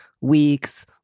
weeks